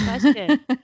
question